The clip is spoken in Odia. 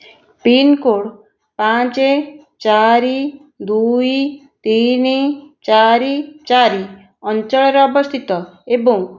ପିନ୍କୋଡ଼୍ ପାଞ୍ଚେ ଚାରି ଦୁଇ ତିନି ଚାରି ଚାରି ଅଞ୍ଚଳରେ ଅବସ୍ଥିତ ଏବଂ